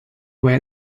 away